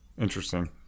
Interesting